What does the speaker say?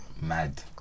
Mad